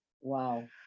wow